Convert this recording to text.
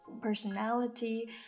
personality